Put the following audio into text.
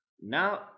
Now